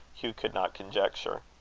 hugh could not conjecture.